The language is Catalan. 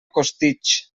costitx